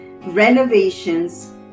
renovations